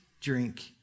drink